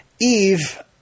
Eve